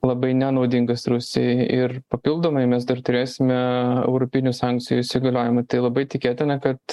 labai nenaudingas rusijai ir papildomai mes dar turėsime europinių sankcijų įsigaliojimą tai labai tikėtina kad